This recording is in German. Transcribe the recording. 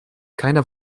keiner